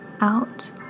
out